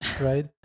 right